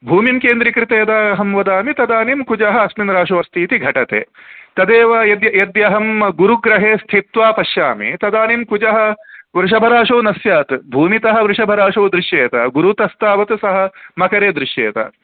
भूमिं केन्द्रीकृत यदा अहं वदामि तदानीं कुजः अस्मिन् राशौ अस्ति इति घटते तदेव यद् यद्यहं गुरुग्रहे स्थित्वा पश्यामि तदानीं कुजः वृषभराशौ न स्यात् भूमितः वृषभराशौ दृश्येत गुरु तस्तावत् सः मकरे दृश्येत